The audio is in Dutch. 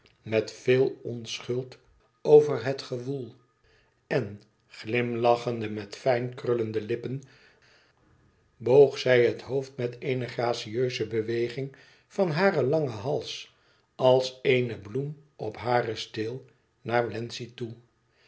met veel onschuld over het gewoel en glimlachende met fijn krullende lippen boog zij het hoofd met eene gracieuze beweging van haren langen hals als eene bloem op haren steel naar wlenzci toe